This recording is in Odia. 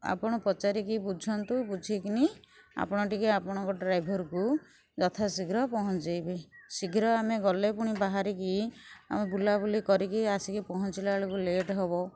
ଆପଣ ପଚାରିକି ବୁଝନ୍ତୁ ବୁଝିକି ଆପଣ ଟିକିଏ ଆପଣଙ୍କ ଡ୍ରାଇଭର୍କୁ ଯଥା ଶୀଘ୍ର ପହଞ୍ଚେଇବେ ଶୀଘ୍ର ଆମେ ଗଲେ ପୁଣି ବାହରିକି ଆମେ ବୁଲା ବୁଲି କରିକି ଆସିକି ପହଞ୍ଚିଲା ବେଳକୁ ଲେଟ୍ ହେବ